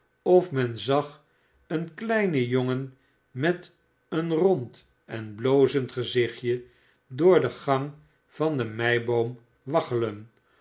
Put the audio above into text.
of men zag een kleinen jongen met een rond en blozend gezichtje door de gang van de meiboom waggelen